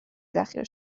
ذخیره